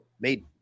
made